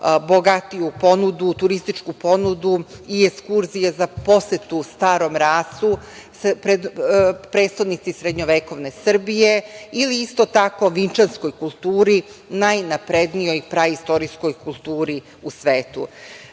bogatiju ponudu, turističku ponudu i ekskurzije za posetu Starom Rasu, prestonici srednjovekovne Srbije ili isto tako Vinčanskoj kulturi najnaprednijoj praistorijskoj kulturi u svetu. Ništa